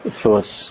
thoughts